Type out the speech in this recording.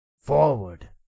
Forward